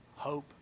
Hope